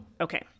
okay